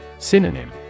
Synonym